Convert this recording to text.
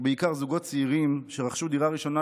ובעיקר זוגות צעירים שרכשו דירה ראשונה,